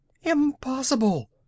impossible